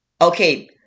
okay